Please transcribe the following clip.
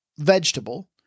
Vegetable